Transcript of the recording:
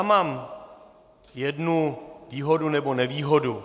Mám jednu výhodu nebo nevýhodu.